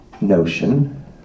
notion